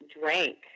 drank